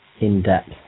in-depth